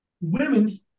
Women